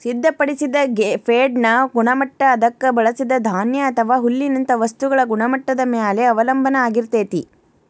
ಸಿದ್ಧಪಡಿಸಿದ ಫೇಡ್ನ ಗುಣಮಟ್ಟ ಅದಕ್ಕ ಬಳಸಿದ ಧಾನ್ಯ ಅಥವಾ ಹುಲ್ಲಿನಂತ ವಸ್ತುಗಳ ಗುಣಮಟ್ಟದ ಮ್ಯಾಲೆ ಅವಲಂಬನ ಆಗಿರ್ತೇತಿ